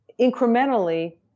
incrementally